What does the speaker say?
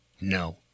no